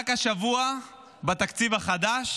רק השבוע בתקציב החדש